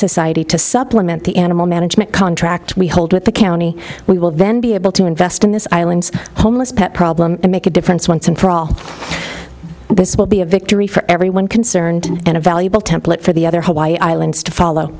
society to supplement the animal management contract we hold with the county we will then be able to invest in this island's homeless pet problem and make a difference once and for all and this will be a victory for everyone concerned and a valuable template for the other hawaiian islands to follow